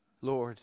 Lord